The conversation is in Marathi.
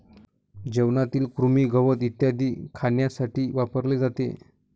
जेवणातील कृमी, गवत इत्यादी खाण्यासाठी वापरले जाते